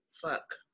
Fuck